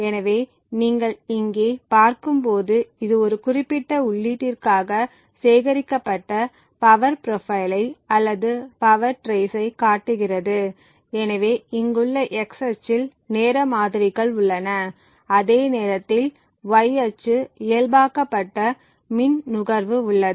எனவே நீங்கள் இங்கே பார்க்கும்போது இது ஒரு குறிப்பிட்ட உள்ளீட்டிற்காக சேகரிக்கப்பட்ட பவர் ப்ரொபைலை அல்லது பவர் ட்ரேசஸ்சை காட்டுகிறது எனவே இங்குள்ள X அச்சில் நேர மாதிரிகள் உள்ளன அதே நேரத்தில் Y அச்சு இயல்பாக்கப்பட்ட மின் நுகர்வு உள்ளது